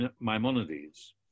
Maimonides